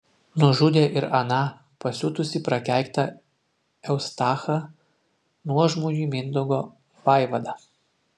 nužudė ir aną pasiutusį prakeiktą eustachą nuožmųjį mindaugo vaivadą